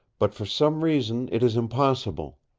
but for some reason it is impossible.